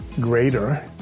greater